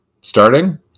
starting